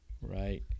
right